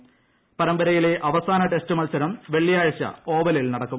പ്രസ്പരയിലെ അവസാന ടെസ്റ്റ് മത്സരം വെള്ളിയാഴ്ച ഓവലിൽ നടക്കും